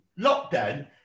lockdown